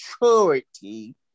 maturity